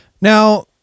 Now